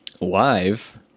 Live